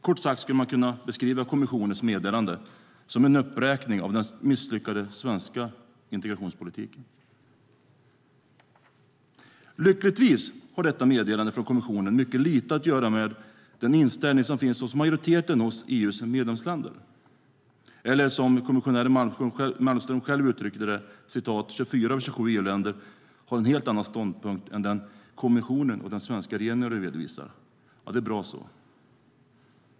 Kort sagt skulle man kunna beskriva kommissionens meddelande som en uppräkning av den misslyckade svenska integrationspolitiken. Lyckligtvis har detta meddelande från kommissionen mycket lite att göra med den inställning som finns hos majoriteten av EU:s medlemsländer. Som kommissionären Malmström själv uttryckte det har 24 av 27 EU-länder en helt annan ståndpunkt än den kommissionen och den svenska regeringen redovisar. Det är bra så.